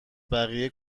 بقیه